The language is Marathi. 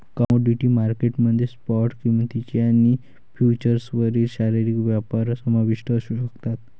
कमोडिटी मार्केट मध्ये स्पॉट किंमती आणि फ्युचर्सवरील शारीरिक व्यापार समाविष्ट असू शकतात